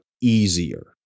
easier